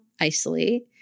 isolate